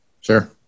Sure